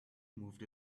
moved